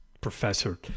professor